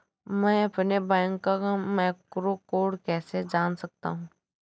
मैं अपने बैंक का मैक्रो कोड कैसे जान सकता हूँ?